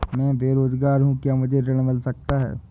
मैं बेरोजगार हूँ क्या मुझे ऋण मिल सकता है?